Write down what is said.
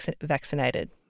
vaccinated